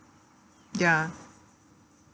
ya